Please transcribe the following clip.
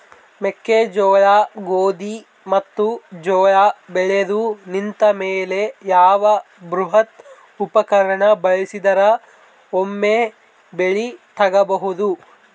ಮೆಕ್ಕೆಜೋಳ, ಗೋಧಿ ಮತ್ತು ಜೋಳ ಬೆಳೆದು ನಿಂತ ಮೇಲೆ ಯಾವ ಬೃಹತ್ ಉಪಕರಣ ಬಳಸಿದರ ವೊಮೆ ಬೆಳಿ ತಗಿಬಹುದು?